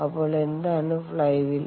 അപ്പോൾ എന്താണ് fly wheel